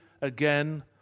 again